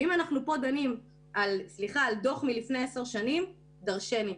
אם אנחנו פה דנים על דוח מלפני 10 שנים זה אומר דרשני.